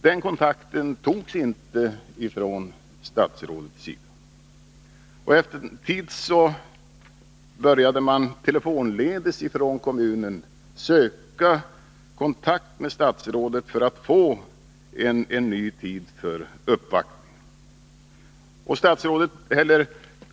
Den kontakten tog inte statsrådet, och efter en tid började man från kommunernas sida telefonledes söka kontakt med statsrådet för att få en ny tid för uppvaktning.